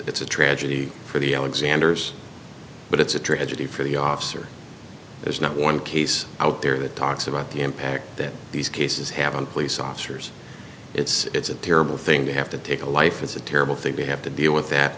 it's a tragedy for the alexanders but it's a tragedy for the officer there's not one case out there that talks about the impact that these cases have on police officers it's a terrible thing to have to take a life it's a terrible thing to have to deal with that